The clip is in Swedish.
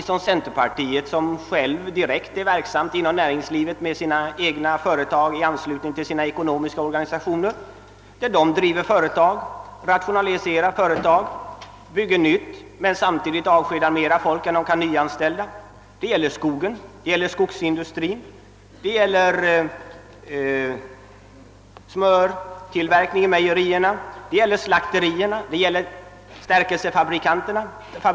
som centerpartiet som självt är direkt verksamt inom näringslivet med egna företag i anslut ning till sina ekonomiska organisationer. De driver företag, rationaliserar, bygger nytt men samtidigt avskedas mera folk än vad som kan nyanställas. Det gäller skogsindustrin, smörtillverkningen i mejerierna, slakterierna 'och stärkelsefabrikerna.